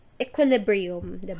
equilibrium